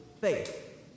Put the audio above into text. faith